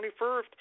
21st